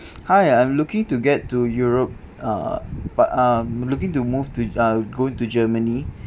hi I'm looking to get to europe uh but um I'm looking to move to uh go to germany